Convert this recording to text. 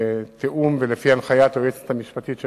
בתיאום ולפי הנחיה של היועצת המשפטית של